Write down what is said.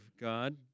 God